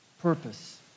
Purpose